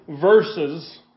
verses